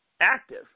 active